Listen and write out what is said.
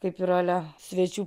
kaip ir ale svečių